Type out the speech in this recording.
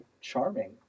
charming